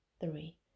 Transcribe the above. three